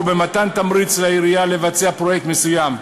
או במתן תמריץ לעירייה לבצע פרויקט מסוים,